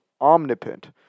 omnipotent